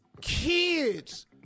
Kids